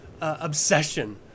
obsession